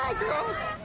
girls!